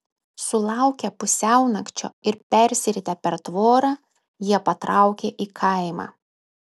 sulaukę pusiaunakčio ir persiritę per tvorą jie patraukė į kaimą